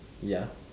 ya